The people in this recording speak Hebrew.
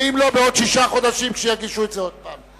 ואם לא, בעוד שישה חודשים שיגישו את זה עוד פעם.